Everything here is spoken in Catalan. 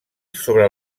sobre